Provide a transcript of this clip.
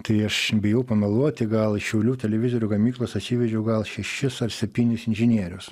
tai aš bijau pameluoti gal iš šiaulių televizorių gamyklos atsivežiau gal šešis ar septynis inžinierius